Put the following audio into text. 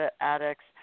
addicts